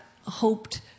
hoped